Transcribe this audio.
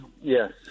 yes